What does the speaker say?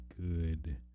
good